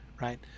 Right